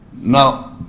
Now